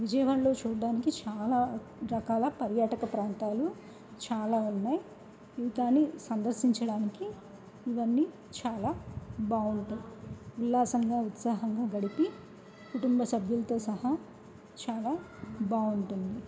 విజయవాడలో చూడడానికి చాలా రకాల పర్యాటక ప్రాంతాలు చాలా ఉన్నాయి దాన్ని సందర్శించడానికి ఇవన్నీ చాలా బాగుంటాయి ఉల్లాసంగా ఉత్సాహంగా గడిపి కుటుంబ సభ్యులతో సహా చాలా బాగుంటుంది